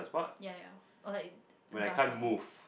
ya ya or like bus lah